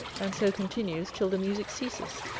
and so continues till the musick ceases,